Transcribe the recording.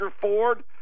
Ford